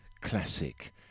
classic